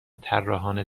طراحان